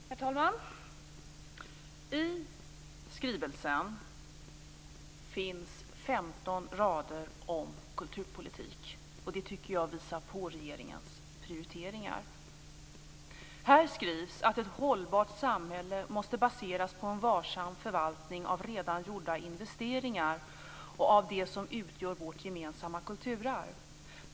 Herr talman! I skrivelsen finns 15 rader om kulturpolitik, och det tycker jag visar på regeringens prioriteringar. Här skrivs att ett hållbart samhälle måste baseras på en varsam förvaltning av redan gjorda investeringar och av det som utgör vårt gemensamma kulturarv.